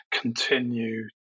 continue